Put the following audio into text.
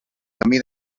camí